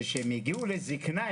וכשהם הגיעו לזקנה,